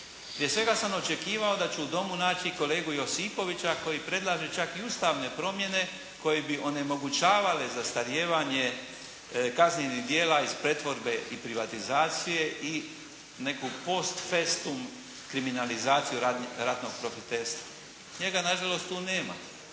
Prije svega sam očekivao da ću u Domu naći kolegu Josipovića koji predlaže čak i ustavne promjene koje bi onemogućavale zastarijevanje kaznenih djela iz pretvorbe i privatizacije i neku postfestum kriminalizaciju ratnog profiterstva. Njega nažalost tu nema.